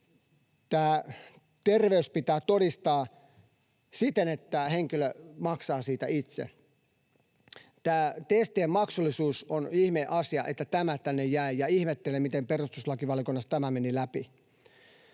terveys pitää todistaa siten, että henkilö maksaa siitä itse. On ihme asia, että tämä testien maksullisuus tänne jäi, ja ihmettelen, miten perustuslakivaliokunnasta tämä meni läpi.